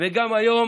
וגם היום